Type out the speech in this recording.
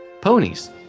ponies